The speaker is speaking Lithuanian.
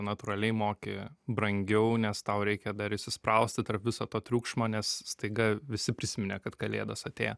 natūraliai moki brangiau nes tau reikia dar įsisprausti tarp viso to triukšmo nes staiga visi prisiminė kad kalėdos atėjo